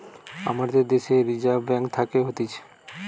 আমাদের দ্যাশের reserve bank থাকে হতিছে